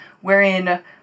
wherein